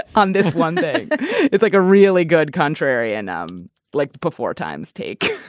on this one. it's like a really good contrarian um like the before times take